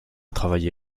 travaillé